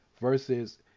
versus